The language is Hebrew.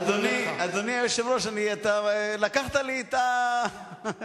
אדוני היושב-ראש, אתה לקחת לי את הפאנץ'.